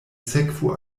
sekvu